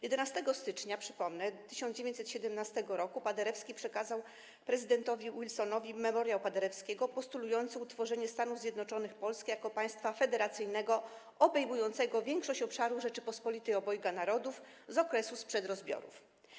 11 stycznia, przypomnę, 1917 r. Paderewski przekazał prezydentowi Wilsonowi memoriał Paderewskiego, w którym postulował utworzenie Stanów Zjednoczonych Polski jako państwa federacyjnego obejmującego większość obszaru Rzeczypospolitej Obojga Narodów z okresu sprzed rozbiorów.